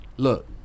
Look